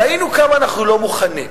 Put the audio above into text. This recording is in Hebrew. ראינו כמה אנחנו לא מוכנים,